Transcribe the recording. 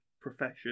profession